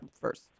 first